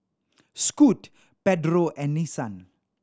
Scoot Pedro and Nissan